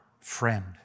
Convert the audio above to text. friend